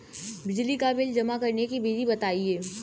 बिजली का बिल जमा करने की विधि बताइए?